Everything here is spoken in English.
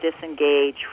disengage